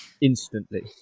instantly